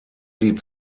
sie